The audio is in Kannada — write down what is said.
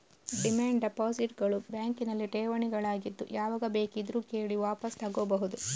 ಡಿಮ್ಯಾಂಡ್ ಡೆಪಾಸಿಟ್ ಗಳು ಬ್ಯಾಂಕಿನಲ್ಲಿ ಠೇವಣಿಗಳಾಗಿದ್ದು ಯಾವಾಗ ಬೇಕಿದ್ರೂ ಕೇಳಿ ವಾಪಸು ತಗೋಬಹುದು